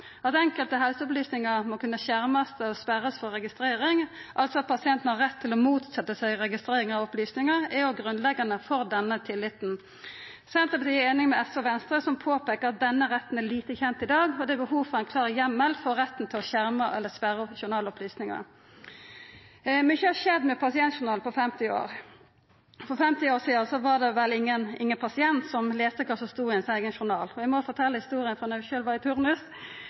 At enkelte helseopplysningar må kunna skjermast og sperrast for registrering, altså at pasienten har rett til å motsetja seg registrering av opplysningar, er òg grunnleggjande for denne tilliten. Senterpartiet er einig med SV og Venstre når vi påpeiker at denne retten er lite kjend i dag, og det er behov for ein klar heimel for retten til å skjerma eller sperra journalopplysningar. Mykje har skjedd med pasientjournalar på 50 år. For 50 år sidan var det vel ingen pasient som las kva som sto i eins eigen journal. Eg må fortelja ei historie frå eg sjølv var i turnus,